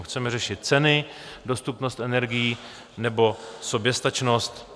Chceme řešit ceny, dostupnost energií nebo soběstačnost?